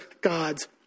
God's